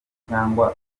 cyangwa